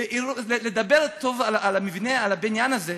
ולדבר דברים טובים על הבניין הזה.